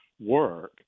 work